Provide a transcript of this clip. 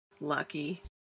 Lucky